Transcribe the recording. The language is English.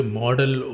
model